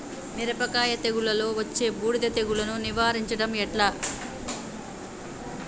మిరపకాయ తెగుళ్లలో వచ్చే బూడిది తెగుళ్లను నివారించడం ఎట్లా?